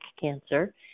cancer